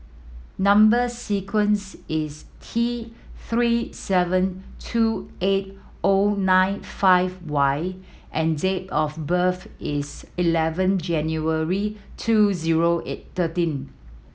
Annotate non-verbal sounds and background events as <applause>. number sequence is T Three seven two eight O nine five Y and date of birth is eleven January two zero <hesitation> thirteen